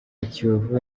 kiyovu